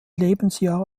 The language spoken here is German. lebensjahr